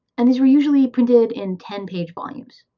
and these were usually printed in ten-page volumes.